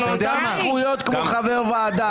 אחרי שהבהרתי את הנסיבות שהביאו אותנו עד הלום,